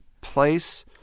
place